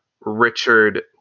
Richard